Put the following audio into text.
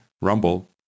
Rumble